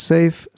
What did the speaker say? Save